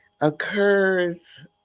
Occurs